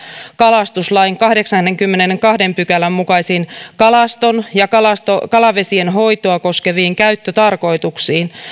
kalastuslain kahdeksannenkymmenennentoisen pykälän mukaisiin kalaston ja kalavesien hoitoa koskeviin käyttötarkoituksiin